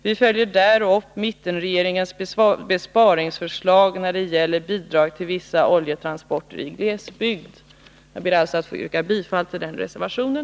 Vi följer ju där upp mittenregeringens besparingsförslag i vad gäller bidrag till vissa oljetransporter i glesbygd. Jag ber alltså att få yrka bifall till den reservationen.